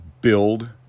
build